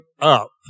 up